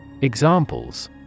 Examples